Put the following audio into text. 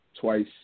twice